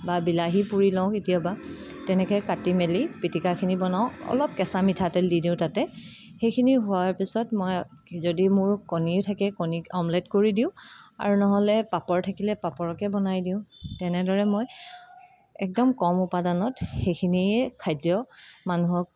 বা বিলাহী পোৰি লওঁ কেতিয়াবা তেনেকৈ কাটি মেলি পিটিকাখিনি বনাও অলপ কেঁচা মিঠাতেল দি দিওঁ তাতে সেইখিনি হোৱাৰ পিছত মই যদি মোৰ কণী থাকে কণীৰ অমলেট কৰি দিওঁ আৰু নহ'লে পাপৰ থাকিলে পাপৰকে বনাই দিওঁ তেনেদৰে মই একদম কম উপাদানত সেইখিনিয়ে খাদ্য মানুহক